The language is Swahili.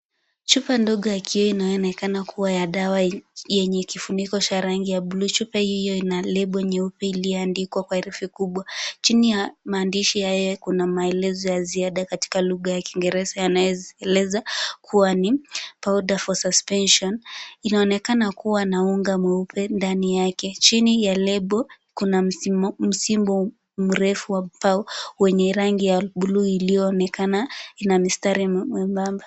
Chupa ndogo ya kioo inayoonekana kuwa ya dawa yenye kifuniko cha rangi ya bluu. Chupa hiyo ina lebo nyeupe iliyoandikwa kwa herufi kubwa. Chini ya maandishi hayo kuna maelezo ya ziada katika lugha ya Kiingereza yanayaeleza kuwa ni powder for suspension , inaonekana kuwa na unga mweupe ndani yake. Chini ya lebo kuna msimbo mrefu wa mbao wenye rangi ya buluu iliyoonekana ina mistari mwembamba.